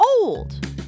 old